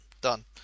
Done